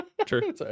True